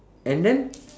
and then